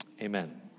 Amen